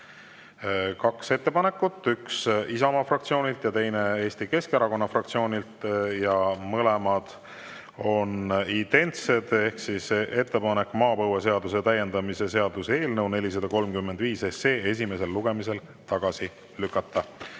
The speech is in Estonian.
kaks ettepanekut, üks Isamaa fraktsioonilt ja teine Eesti Keskerakonna fraktsioonilt. Need on identsed ettepanekud: maapõueseaduse täiendamise seaduse eelnõu 435 esimesel lugemisel tagasi lükata.